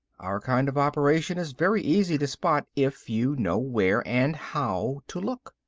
our kind of operation is very easy to spot if you know where and how to look.